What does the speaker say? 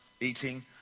eating